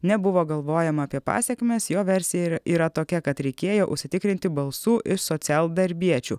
nebuvo galvojama apie pasekmes jo versija ir yra tokia kad reikėjo užsitikrinti balsų iš socialdarbiečių